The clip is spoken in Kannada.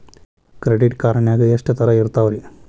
ಕ್ರೆಡಿಟ್ ಕಾರ್ಡ್ ನಾಗ ಎಷ್ಟು ತರಹ ಇರ್ತಾವ್ರಿ?